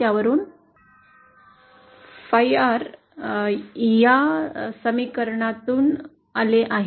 Phi r या समीकरणातून आले आहे